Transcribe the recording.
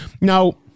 Now